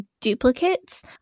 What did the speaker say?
duplicates